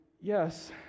yes